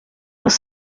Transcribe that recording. los